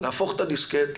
להפוך את הדיסקט,